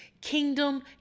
kingdom